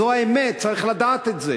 זו האמת, צריך לדעת את זה.